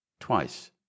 twice